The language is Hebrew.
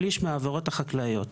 שליש מהעבירות החקלאיות.